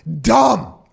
dumb